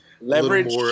leverage